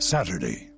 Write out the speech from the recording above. Saturday